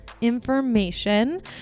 information